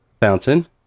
Fountain